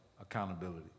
Accountability